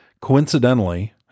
Coincidentally